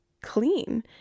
clean